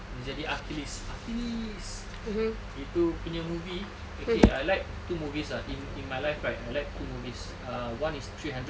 dia jadi achilles achilles itu punya movie okay I like two movies ah in in my life right I like two movies is one is three hundred